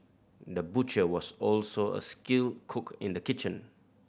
the butcher was also a skilled cook in the kitchen